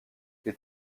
les